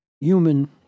human